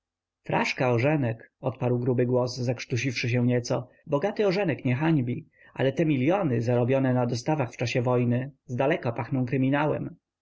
fraszka ożenek odparł gruby głos zakrztusiwszy się nieco bogaty ożenek nie hańbi ale te miliony zarobione na dostawach w czasie wojny zdaleka pachną kryminałem